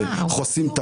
חוסים.